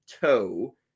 toe